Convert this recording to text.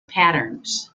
patterns